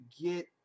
get